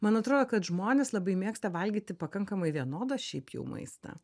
man atrodo kad žmonės labai mėgsta valgyti pakankamai vienodą šiaip jau maistą